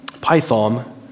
Python